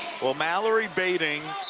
well, mallory badding,